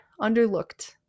underlooked